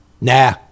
nah